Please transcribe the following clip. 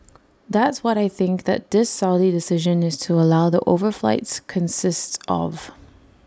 that's what I think that this Saudi decision is to allow the overflights consists of